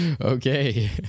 okay